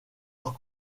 leur